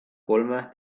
kolme